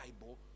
Bible